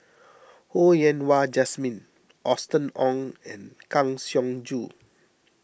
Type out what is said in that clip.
Ho Yen Wah Jesmine Austen Ong and Kang Siong Joo